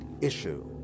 issue